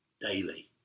daily